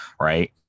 right